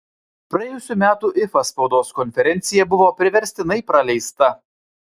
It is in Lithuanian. praėjusių metų ifa spaudos konferencija buvo priverstinai praleista